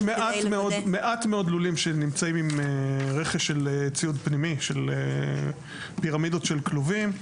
יש מעט מאוד לולים שנמצאים עם רכש של ציוד פנימי של פירמידות של כלובים.